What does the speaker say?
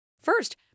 First